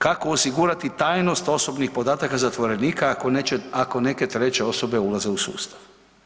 Kako osigurati tajnost osobnih podataka zatvorenika ako neke treće osobe ulaze u sustav?